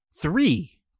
Three